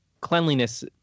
cleanliness